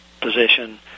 position